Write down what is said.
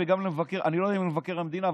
ואני לא יודע אם גם למבקר המדינה,